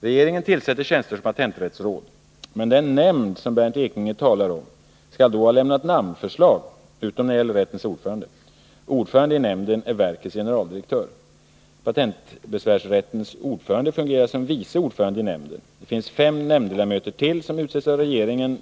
Regeringen tillsätter tjänster som patenträttsråd. Den nämnd som Bernt Ekinge talar om skall då ha lämnat namnförslag utom när det gäller rättens ordförande. Ordförande i nämnden är verkets generaldirektör. Patentbesvärsrättens ordförande fungerar som vice ordförande i nämnden. Det finns fem nämndledamöter till, som utses särskilt av regeringen.